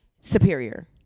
superior